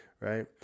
right